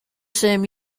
same